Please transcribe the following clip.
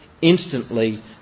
instantly